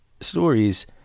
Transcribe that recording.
stories